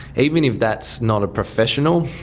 even if that's not a professional,